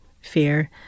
fear